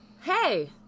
Hey